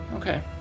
Okay